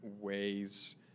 ways